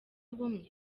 ubumwe